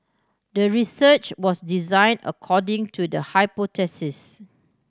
the research was design according to the hypothesis